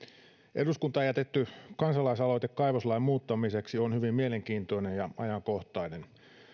eduskuntaan jätetty kansalaisaloite kaivoslain muuttamiseksi on hyvin mielenkiintoinen ja ajankohtainen